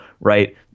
right